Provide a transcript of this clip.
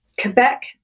Quebec